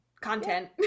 Content